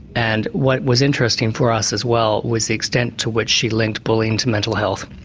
and what was interesting for us as well was the extent to which she linked bullying to mental health.